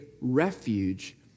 refuge